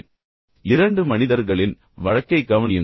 இதைப் பாருங்கள் அவர் கூறுகிறார் இரண்டு மனிதர்களின் வழக்கைக் கவனியுங்கள்